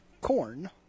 corn